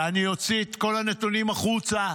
ואני אוציא את כל הנתונים החוצה,